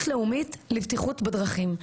לאומית לבטיחות בדרכים.